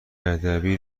ادبی